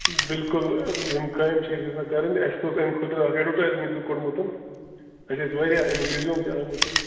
بِلکُل یِم کامہِ چھِ أسۍ یَژھان کَرٕنۍ اَسہِ اوس اَمہِ خٲطرٕ اَکھ ایڈواٹایزمٮ۪ٹ تہِ کوٚڑمُت اَسہِ ٲسۍ واریاہ اَمِکۍ رِزیوٗم تہِ آمتٮ۪ن